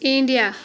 India